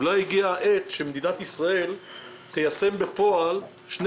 אולי הגיעה העת שמדינת ישראל תיישם בפועל שני